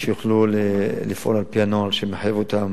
שיוכלו לפעול על-פי הנוהל שמחייב אותם